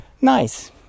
Nice